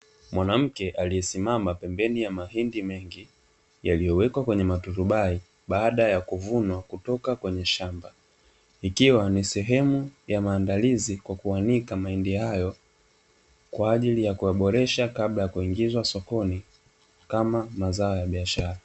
Mwanamke aliyesimama pembeni ya mahindi mengi yaliyowekwa kwenye matundubai baada ya kuvunwa kutoka kwenye shamba. Ikiwa ni sehemu ya maandalizi kwa kuanika mahindi hayo kwaajili ya kuyaboresha kabla ya kuingizwa sokoni kama mazao ya biashara.